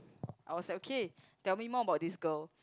I was like okay tell me more about this girl